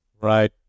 Right